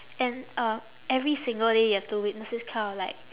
and uh every single day you have to witness this kind of like